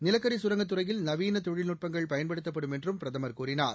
நிலக்கரி கரங்கத்துறையில் நவீன தொழில்நுட்பங்கள் பயன்படுத்தப்படும் என்றும் பிரதமர் கூறினார்